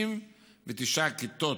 99 כיתות,